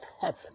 heaven